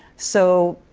so,